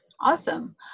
Awesome